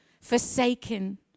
forsaken